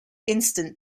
incident